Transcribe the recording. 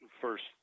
first